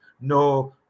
no